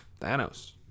Thanos